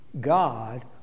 God